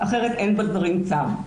אחרת אין בדברים טעם.